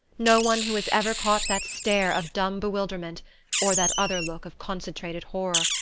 no one who has ever caught that stare of dumb bewilderment or that other look of concentrated horror,